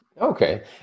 Okay